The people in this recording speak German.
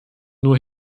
nur